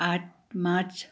आठ मार्च